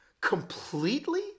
Completely